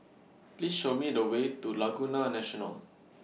Please Show Me The Way to Laguna National